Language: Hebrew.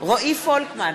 רועי פולקמן,